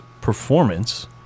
performance